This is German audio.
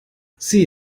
sie